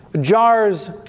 Jars